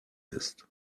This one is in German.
ist